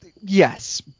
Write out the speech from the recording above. Yes